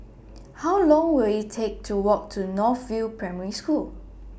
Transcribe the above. How Long Will IT Take to Walk to North View Primary School